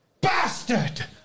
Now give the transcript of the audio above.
BASTARD